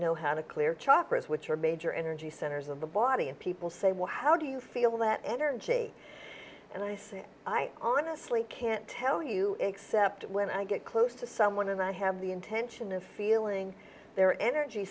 know how to clear chopra's which are major energy centers of the body and people say well how do you feel that energy and i said i honestly can't tell you except when i get close to someone and i have the intention of feeling their energy